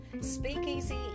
Speakeasy